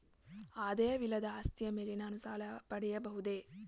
ಆದಾಯವಿಲ್ಲದ ಆಸ್ತಿಯ ಮೇಲೆ ನಾನು ಸಾಲ ಪಡೆಯಬಹುದೇ?